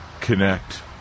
connect